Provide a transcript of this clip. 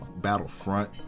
Battlefront